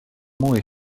mooie